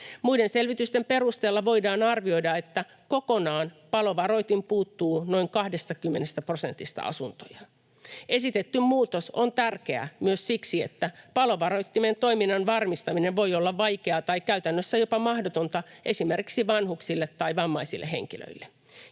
Muiden selvitysten perusteella voidaan arvioida, että palovaroitin puuttuu kokonaan noin 20 prosentista asuntoja. Esitetty muutos on tärkeä myös siksi, että palovaroittimen toiminnan varmistaminen voi olla vaikeaa tai käytännössä jopa mahdotonta esimerkiksi vanhuksille tai vammaisille henkilöille.